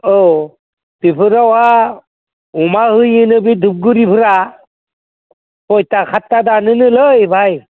औ बेफोरावहाय अमा होयोनो बे धुपगुरिफोरा सयथा खादथा दानोनोलै भाइ